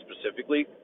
specifically